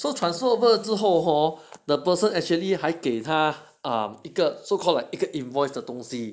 so transfer over 了之后 hor the person actually 还给他 um 一个 so called like invoice 的东西